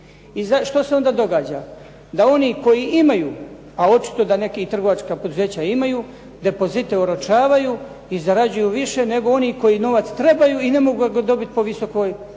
I što se onda događa? Da oni koji imaju, a očito da neka trgovačka poduzeća imaju depozite oročavaju i zarađuju više nego oni koji novac trebaju i ne mogu ga dobiti po visokoj